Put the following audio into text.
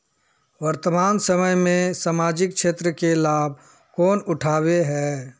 वर्तमान समय में सामाजिक क्षेत्र के लाभ कौन उठावे है?